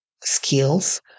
skills